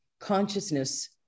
consciousness